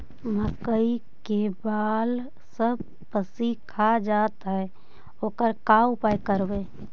मकइ के बाल सब पशी खा जा है ओकर का उपाय करबै?